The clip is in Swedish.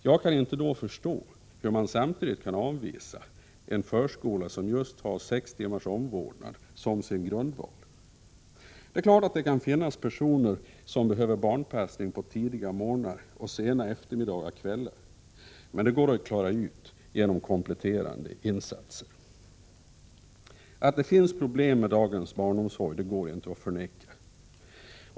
Jag kan då inte förstå hur man samtidigt kan avvisa en förskola som har just sex timmars omvårdnad som sin grundval. Det är klart att det kan finnas personer som behöver barnpassning på tidiga morgnar och sena eftermiddagar och kvällar, men det går att klara upp genom kompletterande insatser. Att det finns problem med dagens barnomsorg går inte att förneka.